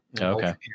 okay